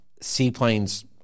Seaplanes